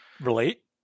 Relate